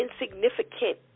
insignificant